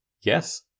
Yes